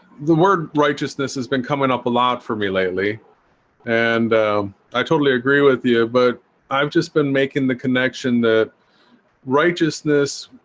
the word righteousness has been coming up a lot for me lately and i totally agree with you, but i've just been making the connection that righteousness,